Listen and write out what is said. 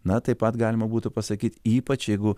na taip pat galima būtų pasakyt ypač jeigu